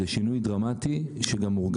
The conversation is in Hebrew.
זה שינוי דרמטי, שגם מורגש.